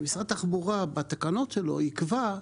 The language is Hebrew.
שמשרד התחבורה בתקנות שלו יקבע,